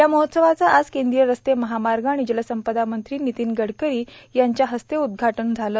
या महोत्सवाचं आज केंद्रीय रस्ते महामार्ग आणि जलसंपदा मंत्री नितीन गडकरी यांच्या हस्ते झालं